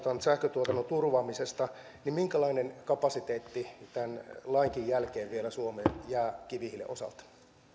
sähköntuotannon turvaamisesta minkälainen kapasiteetti tämän lainkin jälkeen vielä suomeen jää kivihiilen osalta